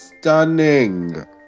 stunning